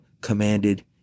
commanded